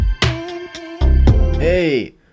Hey